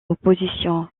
opposition